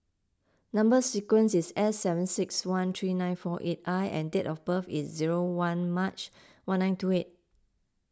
Number Sequence is S seven six one three nine four eight I and date of birth is zero one March one nine two eight